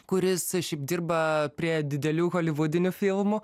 kuris šiaip dirba prie didelių holivudinių filmų